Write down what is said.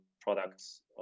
products